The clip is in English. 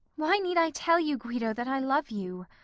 why need i tell you, guido, that i love you?